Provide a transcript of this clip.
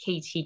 KT